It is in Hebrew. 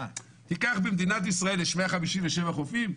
במדינת ישראל יש 157 חופים?